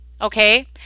okay